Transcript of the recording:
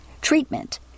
Treatment